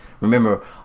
Remember